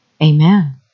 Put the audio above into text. Amen